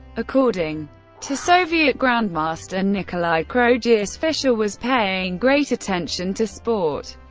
according to soviet grandmaster nikolai krogius, fischer was paying great attention to sport,